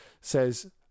says